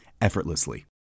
effortlessly